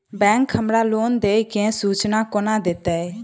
Bank हमरा loan देय केँ सूचना कोना देतय?